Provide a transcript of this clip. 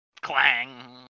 Clang